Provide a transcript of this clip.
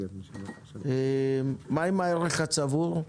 מה עם הערך הצבור?